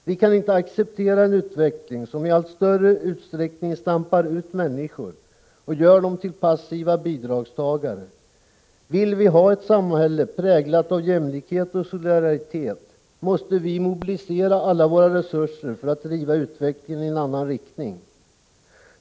Vi kan inte acceptera en utveckling som i allt större utsträckning stampar ut människor och gör dem till passiva bidragstagare. Vill vi ha ett samhälle präglat av jämlikhet och solidaritet, måste vi mobilisera alla våra resurser för att driva utvecklingen i en annan riktning.